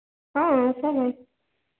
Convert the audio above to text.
हाँ सब है